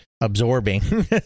absorbing